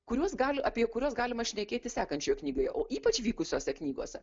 kuriuos gali apie kuriuos galima šnekėti sekančio knygoje o ypač vykusiose knygose